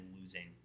losing